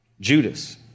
Judas